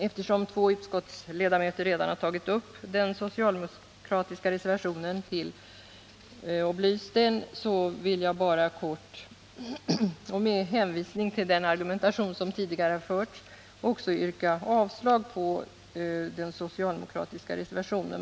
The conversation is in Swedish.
Eftersom två utskottsledamöter redan tagit upp den socialdemokratiska reservationen beträffande handläggningen av detta senare stöd och belyst den, vill jag bara kort — och med hänvisning till den argumentation som tidigare förts — yrka avslag på den socialdemokratiska reservationen.